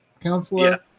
counselor